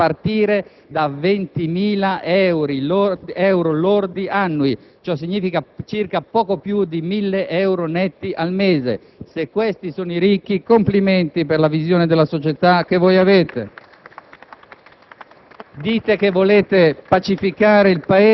per un lavoratore con coniuge a carico e due figli a partire da un reddito di 20.000 euro lordi annui, cioè poco più di 1.000 euro netti al mese. Se questi sono i ricchi, complimenti per la visione della società che voi avete.